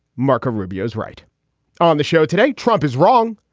marco rubio's right on the show today. trump is wrong.